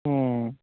হুম